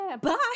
Bye